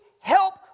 help